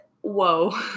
Whoa